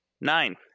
nine